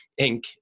Inc